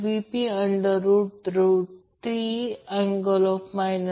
आणि c साठी VCN ते √ 2 Vp cos t 120° असेल